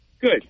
Good